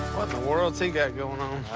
the world's he got going on?